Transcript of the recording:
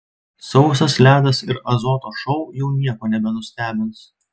sausas ledas ir azoto šou jau nieko nebenustebins